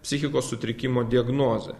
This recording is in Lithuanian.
psichikos sutrikimo diagnozę